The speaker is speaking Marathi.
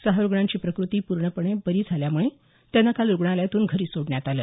सहा रुग्णांची प्रकृती पूर्णपणे बरी झाल्यामुळे त्यांना काल रुग्णालयातून घरी सोडण्यात आलं